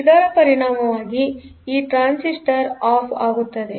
ಇದರ ಪರಿಣಾಮವಾಗಿ ಈ ಟ್ರಾನ್ಸಿಸ್ಟರ್ ಆಫ್ ಆಗುತ್ತದೆ